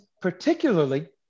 particularly